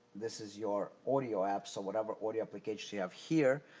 this is your audio apps so whatever audio applications you have here,